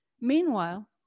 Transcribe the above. Meanwhile